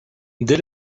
dès